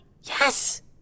Yes